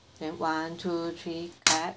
then one two three clap